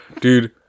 dude